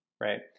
right